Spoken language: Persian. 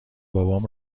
بابام